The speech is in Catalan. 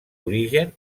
origen